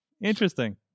interesting